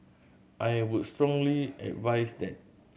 I would strongly advise that